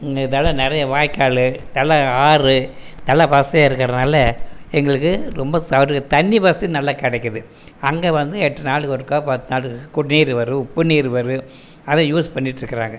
இதெலாம் நிறையா வாய்க்கால் நல்ல ஆறு நல்ல வசதியாக இருக்கிறதுனால எங்களுக்கு ரொம்ப சௌகரியம் தண்ணி வசதி நல்ல கிடைக்கிது அங்கே வந்து எட்டு நாளுக்கு ஒருக்கா பத்து நாளுக்கு குடிநீர் வரும் உப்பு நீர் வரும் அதை யூஸ் பண்ணிகிட்ருக்கறாங்க